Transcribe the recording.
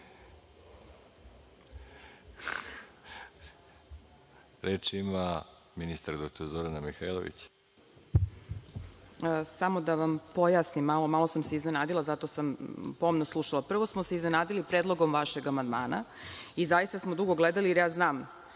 Mihajlović. **Zorana Mihajlović** Samo da vam pojasnim malo, malo sam se iznenadila, zato sam pomno slušala. Prvo smo se iznenadili predlogom vašeg amandmana i zaista smo dugo gledali, jer znam